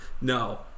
No